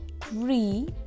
three